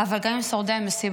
אבל גם עם שורדי המסיבות,